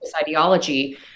ideology